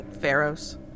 pharaohs